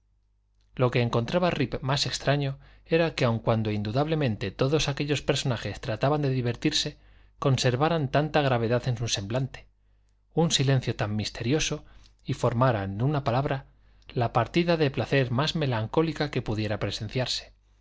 lo que encontraba rip más extraño era que aun cuando indudablemente todos aquellos personajes trataban de divertirse conservaran tanta gravedad en su semblante un silencio tan misterioso y formaran en una palabra la partida de placer más melancólica que pudiera presenciarse